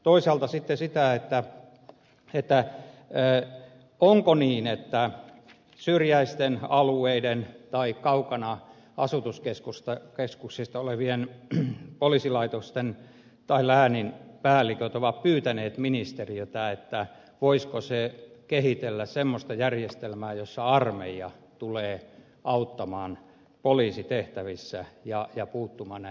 toisaalta sitten voi kysyä sitä onko niin että syrjäisten alueiden tai kaukana asutuskeskuksista olevien poliisilaitosten tai läänien päälliköt ovat pyytäneet ministeriöltä voisiko se kehitellä semmoista järjestelmää jossa armeija tulee auttamaan poliisitehtävissä ja puuttumaan näihin asioihin